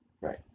right